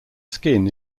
skin